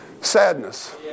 sadness